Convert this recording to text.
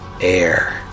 air